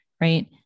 right